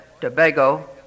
Tobago